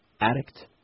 addict